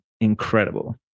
incredible